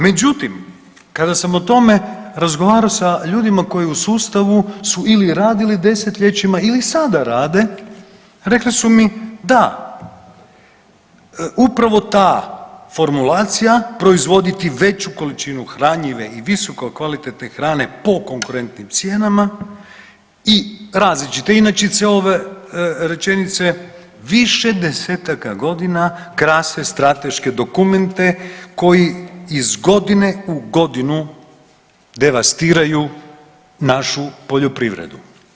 Međutim, kada sam o tome razgovarao sa ljudima koji u sustavu su ili radili desetljećima ili sada rade, rekli su mi da, upravo ta formulacija proizvoditi veću količinu hranjive i visokokvalitetne hrane po konkurentnim cijenama i različite inačice ove rečenice, više desetaka godina krase strateške dokumente koji iz godine u godinu devastiraju našu poljoprivredu.